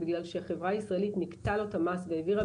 בגלל שחברה ישראלית ניכתה לו את המס והעבירה